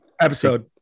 Episode